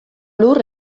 lur